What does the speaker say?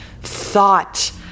thought